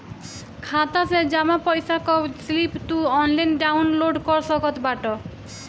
खाता से जमा पईसा कअ स्लिप तू ऑनलाइन डाउन लोड कर सकत बाटअ